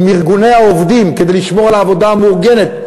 ארגוני העובדים כדי לשמור על העבודה המאורגנת,